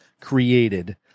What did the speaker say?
created